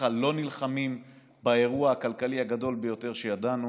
ככה לא נלחמים באירוע הכלכלי הגדול ביותר שידענו